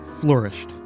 flourished